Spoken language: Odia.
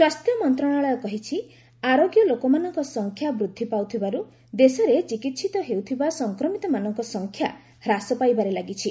ସ୍ୱାସ୍ଥ୍ୟ ମନ୍ତ୍ରଣାଳୟ କହିଛି ଆରୋଗ୍ୟ ଲୋକମାନଙ୍କ ସଂଖ୍ୟା ବୃଦ୍ଧି ପାଉଥିବାରୁ ଦେଶରେ ଚିକିହିତ ହେଉଥିବା ସଂକ୍ରମିତମାନଙ୍କ ସଂଖ୍ୟା ହ୍ରାସ ପାଇବାରେ ଲାଗିଛି